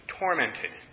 tormented